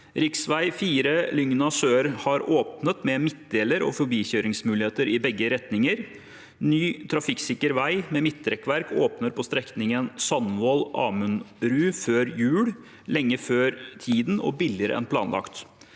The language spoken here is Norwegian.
Riksvei 4 Lygna sør har åpnet med midtdeler og forbikjøringsmuligheter i begge retninger. Ny trafikksikker vei med midtrekkverk åpnes på strekningen Sandvoll–Amundrud før jul – lenge før tiden og billigere enn planlagt.